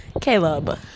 Caleb